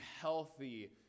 healthy